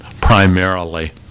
primarily